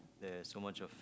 there is so much of